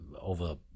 over